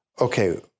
Okay